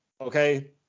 Okay